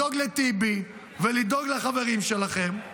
לדאוג לטיבי ולדאוג לחברים שלכם,